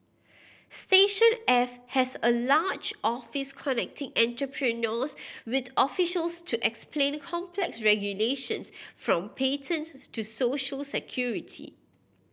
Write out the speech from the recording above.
station F has a large office connecting entrepreneurs with officials to explain complex regulations from patents to social security